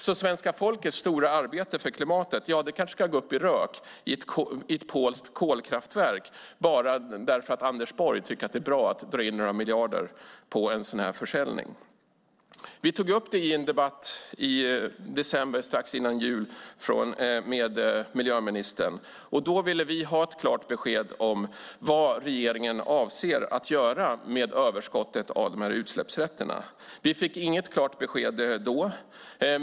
Så svenska folkets stora arbete för klimatet kanske kan gå upp i rök i ett polskt kolkraftverk, bara därför att Anders Borg tycker att det är bra att dra in några miljarder på en sådan här försäljning. Vi tog upp det här i en debatt i december, strax före jul, med miljöministern. Då ville vi ha ett klart besked om vad regeringen avser att göra med överskottet av utsläppsrätterna. Vi fick inget klart besked då.